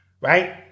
right